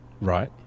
right